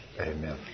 Amen